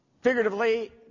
figuratively